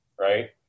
right